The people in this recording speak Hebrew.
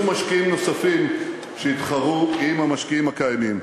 משקיעים נוספים שיתחרו עם המשקיעים הקיימים.